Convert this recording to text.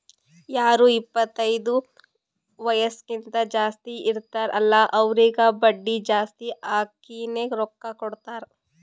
ಯಾರು ಇಪ್ಪತೈದು ವಯಸ್ಸ್ಕಿಂತಾ ಜಾಸ್ತಿ ಇರ್ತಾರ್ ಅಲ್ಲಾ ಅವ್ರಿಗ ಬಡ್ಡಿ ಜಾಸ್ತಿ ಹಾಕಿನೇ ರೊಕ್ಕಾ ಕೊಡ್ತಾರ್